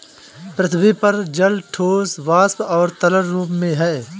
पृथ्वी पर जल ठोस, वाष्प और तरल रूप में है